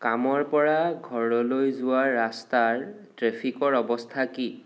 কামৰ পৰা ঘৰলৈ যোৱা ৰাস্তাৰ ট্ৰেফিকৰ অৱস্থা কি